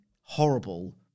horrible